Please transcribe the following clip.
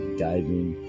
diving